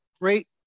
great